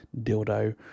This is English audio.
dildo